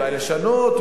אולי לשנות,